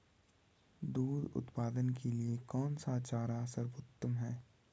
दूध उत्पादन के लिए कौन सा चारा सर्वोत्तम है?